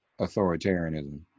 authoritarianism